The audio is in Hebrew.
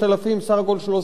סך הכול 13,000 איש.